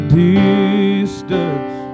distance